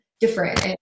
different